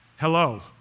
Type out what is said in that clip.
Hello